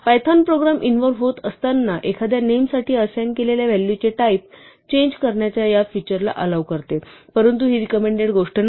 Python program evolve होत असताना एखाद्या नेम साठी असाइन केलेल्या व्हॅलू चे टाईप चेंज करण्याच्या या फिचर ला अलॉव करतो परंतु ही रेकमंडेड गोष्ट नाही